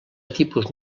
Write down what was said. tipus